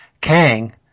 Kang